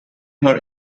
her